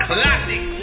Classic